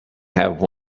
have